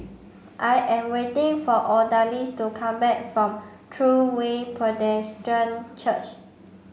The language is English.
I am waiting for Odalis to come back from True Way Presbyterian Church